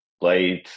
played